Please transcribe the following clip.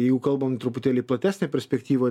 jeigu kalbam truputėlį platesne perspektyva